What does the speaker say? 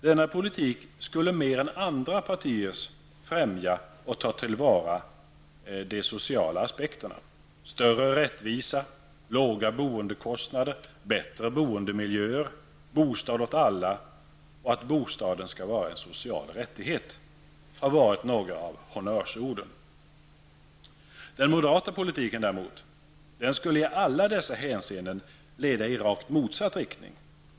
Denna politik skulle mer än andra partiers främja och ta till vara de sociala aspekterna. Större rättvisa, låga boendekostnader, bättre boendemiljöer, bostad åt alla och att bostaden skall vara en social rättighet har varit några av honnörsorden. Den moderata politiken däremot skulle i alla dessa hänseenden leda i rakt motsatt riktning.